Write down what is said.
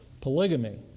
Polygamy